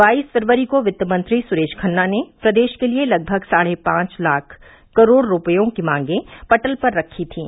बाईस फरवरी को वित्त मंत्री सुरेश खन्ना ने प्रदेश के लिये लगभग साढ़े पांच लाख करोड़ रूपए की मांगें पटल पर रखी थीं